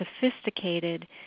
sophisticated